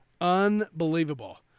unbelievable